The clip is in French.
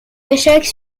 échec